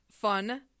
fun